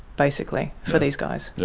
basically, for these guys. yeah